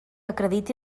acrediti